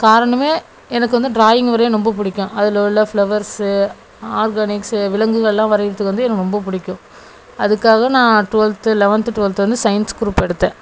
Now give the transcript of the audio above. காரணமே எனக்கு வந்து ட்ராயிங் வரைய ரொம்ப பிடிக்கும் அதில் உள்ள ஃப்ளவர்ஸ்ஸு ஆர்கானிக்ஸ்ஸு விலங்குகள்லாம் வரைகிறதுக்கு வந்து எனக்கு ரொம்ப பிடிக்கும் அதுக்காக நான் ட்வெல்த்து லெவென்த்து ட்வெல்த்து வந்து சயின்ஸ் க்ரூப் எடுத்தேன்